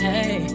Hey